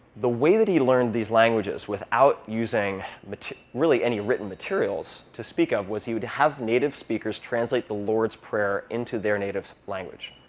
the way that he learned these languages without using really any written materials to speak of was he would have native speakers translate the lord's prayer into their native language.